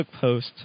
post